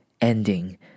ending